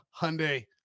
Hyundai